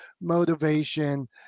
motivation